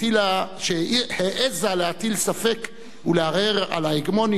שהעזה להטיל ספק ולערער על ההגמוניה של